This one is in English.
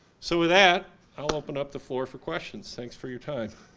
so with that, i'll open up the floor for questions. thanks for your time.